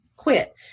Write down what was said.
quit